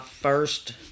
first